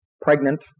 pregnant